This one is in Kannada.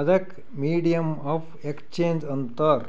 ಅದಕ್ ಮೀಡಿಯಮ್ ಆಫ್ ಎಕ್ಸ್ಚೇಂಜ್ ಅಂತಾರ್